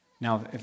Now